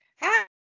Hi